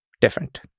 different